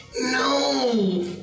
No